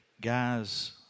guys